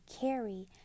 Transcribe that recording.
carry